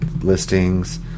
listings